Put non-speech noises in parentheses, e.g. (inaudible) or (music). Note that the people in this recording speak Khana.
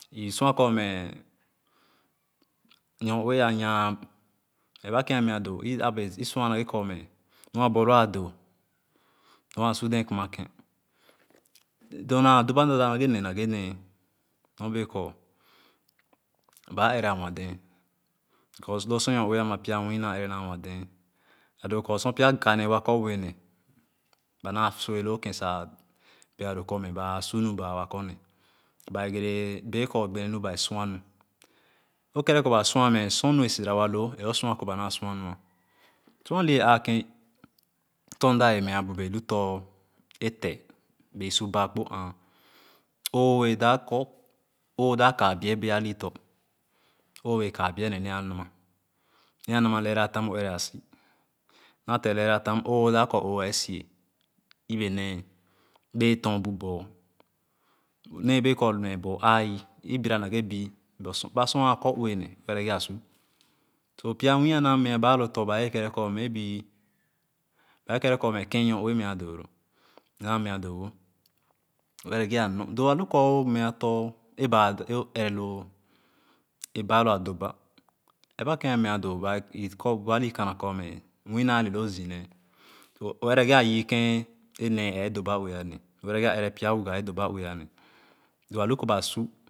Esua korme nooue ayaah ereba kẽmeadõõ i- abee isuan kurmee nua a borloo adõõ nor a su dẽẽ kumage dorna adoba nu o dap nage nee norbee loo sw noo- ue ama pya mmii naa egerna a wan dẽẽ sa doo kor sor pya kanee wakorue ne ba naa sue loo ken bega dõõ kor ba a sumi ba wakorne ba egere bẽẽ kor bae sua mi o kere kor ba sua me sor nua sira waloo eo sua kor ba naa sua nu su alo wẽẽ aakén tõ mda bea meabu bẽẽ lu tõ té bẽẽ su baa akpo áá o wẽẽ dap kaẽ biẽ biẽ alii to o wee kaẽ biẽ ne nẽẽ ããnama nẽẽ ããnama leera tam o ere asi nate leera tam oo dap kor o waasie yebenee bee torbu bor neebee kor me bor ai abira nagebii me abasor a kor (noise) uene o ere ge a su pyanwii a naa meah baaloto may be bae keye kor nooue neah doolo do alo kor o meah tõ eba o ere baalo a do ba ere ba kẽn meah dõõ i kor bu ali kãnã korme mvii nale loo zii nee o ere ge ayiike nee e doba ue ane o erege a ere pya wugo a doba ue ane loo a lu beekor basu.